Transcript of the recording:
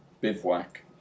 bivouac